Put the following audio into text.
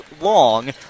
long